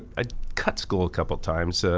i cut school a couple times,